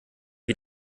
wie